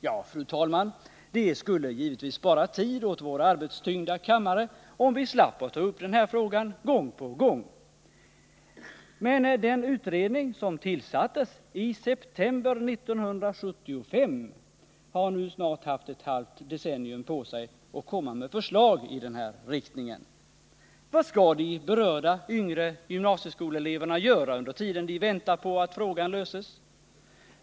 Ja, fru talman, det skulle givetvis spara tid åt vår arbetstyngda kammare, om vi slapp att ta upp den här frågan gång på gång. Men den utredning som tillsattes i september 1975 har nu snart haft ett halvt decennium på sig för att komma med förslag i den här riktningen. Vad skall de berörda yngre gymnasieskoleleverna göra under tiden de väntar på att frågan löses?